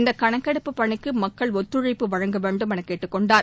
இந்தக் கணக்கெடுப்புப் பணிக்கு மக்கள் ஒத்துழைப்பு வழங்க வேண்டும் என கேட்டுக் கொண்டார்